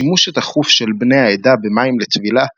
השימוש התכוף של בני העדה במים לטבילה,